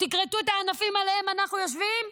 תכרתו את הענפים שעליהם אנחנו יושבים?